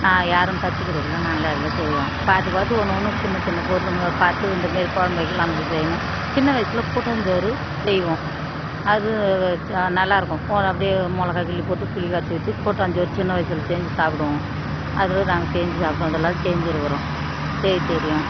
நான் யாரும் கத்துக்கொடுக்கல நாங்களே அதெல்லாம் செய்வோம் பார்த்து பார்த்து ஒன்று ஒன்றும் சின்னச்சின்ன பொருளுங்க பார்த்து இந்த மாதிரி கொழம்பு வைக்கலாம் அப்படி செய்யணும் சின்ன வயசில் கூட்டாஞ்சோறு செய்வோம் அது ச நல்லா இருக்கும் அப்படியே மிளகா கிள்ளி போட்டு புளி கரைச்சி ஊற்றி கூட்டாஞ்சோறு சின்ன வயசில் செஞ்சி சாப்புடுவோம் அது மாதிரி நாங்கள் செஞ்சு சாப்பிடுவோம் அதெல்லாம் செஞ்சு இருக்கிறோம் செய்ய தெரியும்